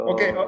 Okay